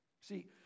See